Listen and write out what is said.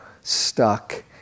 stuck